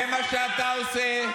זה מה שאתה עושה.